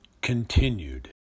continued